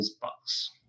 bucks